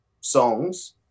songs